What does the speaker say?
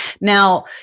Now